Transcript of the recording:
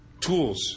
tools